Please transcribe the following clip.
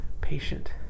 patient